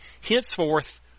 henceforth